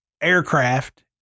aircraft